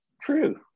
true